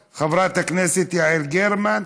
אם לא, חברת הכנסת יעל גרמן.